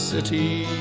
City